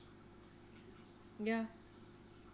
ya